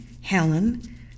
Helen